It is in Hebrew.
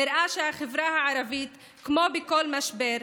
נראה שהחברה הערבית, כמו בכל משבר,